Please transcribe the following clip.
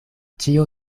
ĉio